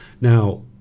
now